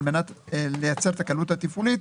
על מנת לייצר את הקלות התפעולית,